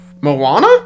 Moana